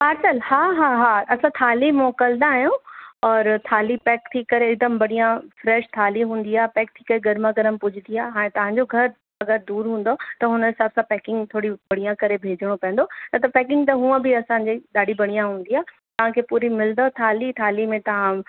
parcel हा हा हा असां थाली मोकिलंदा आहियूं औरि थाली पैक थी करे हिकदमु बढ़िया फ्रैश थाली हूंदी आहे पैक थी करे गरमा गरम पुॼंदी आहे हाणे तव्हांजो अगरि दूरि हूंदव त हुन हिसाब सां पैकिंग थोरी बढ़िया करे भेजणो पेंदो न त पैकिंग त हूअं बि असांजी ॾाढी बढ़िया हूंदी आहे तव्हांखे पूरी मिलंदव थाली थाली में तव्हां